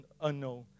unknown